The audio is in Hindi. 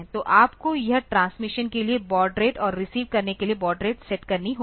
तो आपको इस ट्रांसमिशन के लिए बॉड रेट और रिसीव करने के लिए बॉड रेट सेट करनी होगी